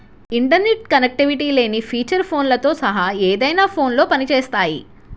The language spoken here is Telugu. ఇంటర్నెట్ కనెక్టివిటీ లేని ఫీచర్ ఫోన్లతో సహా ఏదైనా ఫోన్లో పని చేస్తాయి